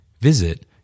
Visit